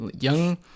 young